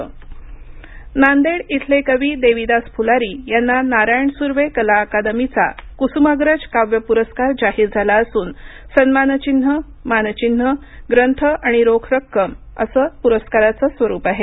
नारायण सुर्वे कला अकादमी पुरस्कार नांदेड इथले कवि देविदास फुलारी यांना नारायण सुर्वे कला अकादमीचा कुसुमाग्रज काव्य प्रस्कार जाहिर झाला असून सन्मानचिन्ह मानचिन्ह ग्रंथ आणि रोख रक्कम असं प्रस्काराचं स्वरूप आहे